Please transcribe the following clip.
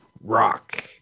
Rock